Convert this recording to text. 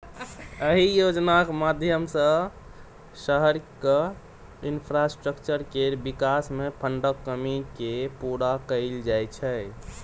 अहि योजनाक माध्यमसँ शहरक इंफ्रास्ट्रक्चर केर बिकास मे फंडक कमी केँ पुरा कएल जाइ छै